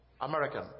American